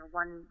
one